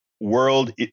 world